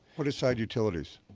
put aside utilities.